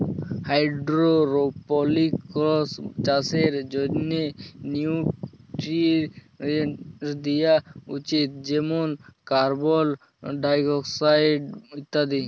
hydroponics চাষের জ্যনহে nutrients দিয়া উচিত যেমল কার্বল, হাইডোরোকার্বল ইত্যাদি